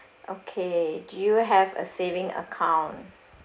okay do you have a saving account